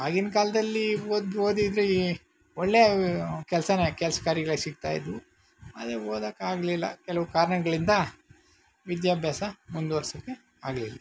ಆಗಿನ ಕಾಲದಲ್ಲಿ ಓದಿ ಓದಿದ್ದರೆ ಈ ಒಳ್ಳೆಯ ಕೆಲಸನೇ ಕೆಲಸ ಕಾರ್ಯಗಳೇ ಸಿಗ್ತಾ ಇದ್ದವು ಆದರೆ ಓದಕ್ಕೆ ಆಗಲಿಲ್ಲ ಕೆಲವು ಕಾರಣಗ್ಳಿಂದ ವಿದ್ಯಾಭ್ಯಾಸ ಮುಂದುವರ್ಸೋಕ್ಕೆ ಆಗಲಿಲ್ಲ